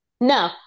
No